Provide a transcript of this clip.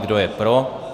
Kdo je pro?